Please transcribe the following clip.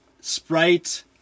Sprite